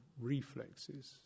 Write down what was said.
reflexes